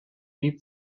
blieb